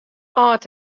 âld